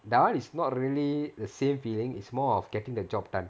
that [one] is not really the same feeling is more of getting the job done